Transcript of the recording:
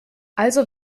also